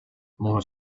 more